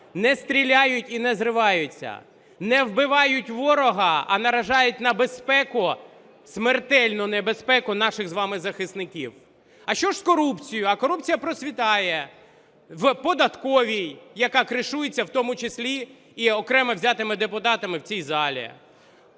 не стріляють і не зриваються, не вбивають ворога, а наражають на безпеку, смертельну небезпеку наших з вами захисників. А що ж з корупцією? А корупція процвітає в податковій, яка "кришується" в тому числі і окремо взятими депутатами в цій залі.